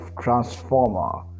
transformer